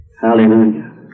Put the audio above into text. Hallelujah